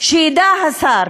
שידע השר